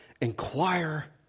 inquire